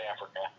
Africa